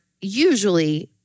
usually